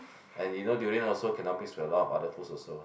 and you know durian also cannot mix with a lot of other fruits also